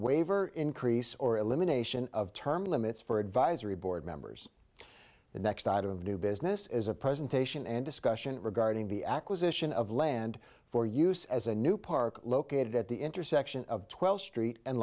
waiver increase or elimination of term limits for advisory board members the next tide of new business is a presentation and discussion regarding the acquisition of land for use as a new park located at the intersection of twelfth street and